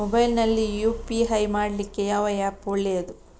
Mobile ನಲ್ಲಿ UPI ಮಾಡ್ಲಿಕ್ಕೆ ಯಾವ ಆ್ಯಪ್ ಒಳ್ಳೇದು?